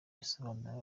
bisobanura